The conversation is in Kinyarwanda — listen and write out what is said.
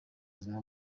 buzima